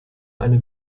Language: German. eine